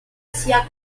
sia